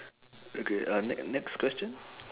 okay uh ne~ next question